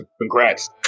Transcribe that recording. Congrats